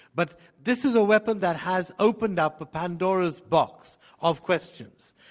but this is a weapon that has opened up apandora's box of questions,